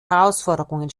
herausforderungen